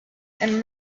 and